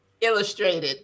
illustrated